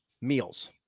meals